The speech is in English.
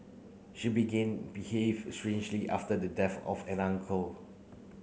she began behave strangely after the death of an uncle